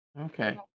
Okay